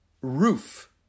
roof